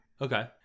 Okay